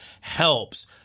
helps